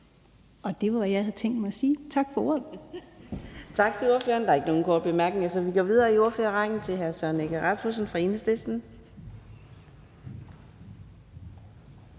ordet. Kl. 11:15 Fjerde næstformand (Karina Adsbøl): Tak til ordføreren. Der er ikke nogen korte bemærkninger, så vi går videre i ordførerrækken til hr. Søren Egge Rasmussen fra Enhedslisten.